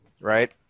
right